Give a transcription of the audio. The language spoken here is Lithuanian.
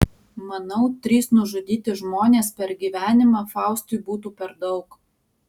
manau trys nužudyti žmonės per gyvenimą faustui būtų per daug